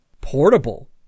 Portable